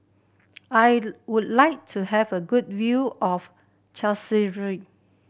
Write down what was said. I would like to have a good view of